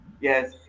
Yes